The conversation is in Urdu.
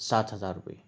سات ہزار روپیہ